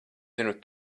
zinu